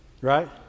Right